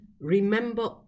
remember